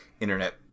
internet